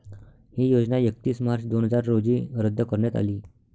ही योजना एकतीस मार्च दोन हजार रोजी रद्द करण्यात आली